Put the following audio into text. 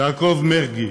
יעקב מרגי,